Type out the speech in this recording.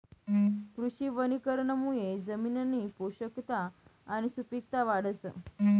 कृषी वनीकरणमुये जमिननी पोषकता आणि सुपिकता वाढस